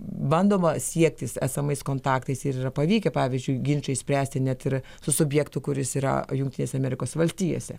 bandoma siektis esamais kontaktais ir yra pavykę pavyzdžiui ginčą išspręsti net ir su subjektu kuris yra jungtinėse amerikos valstijose